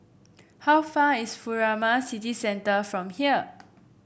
how far is Furama City Centre from here